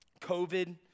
COVID